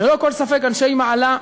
ללא כל ספק אנשי מעלה,